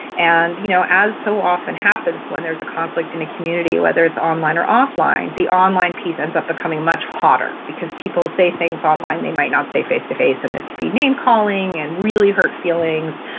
and you know as so often happens when there is a conflict in a community, whether it's online or off-line, the online piece ends up becoming much hotter because people say things online they might not say face-to-face and there could be name-calling and really hurt feelings.